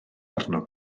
arno